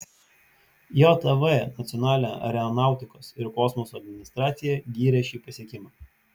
jav nacionalinė aeronautikos ir kosmoso administracija gyrė šį pasiekimą